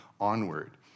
onward